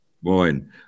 Moin